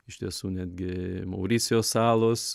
iš tiesų netgi mauricijos salos